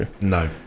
no